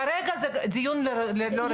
כרגע זה דיון לא רלוונטי.